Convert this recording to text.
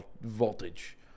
voltage